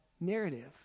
narrative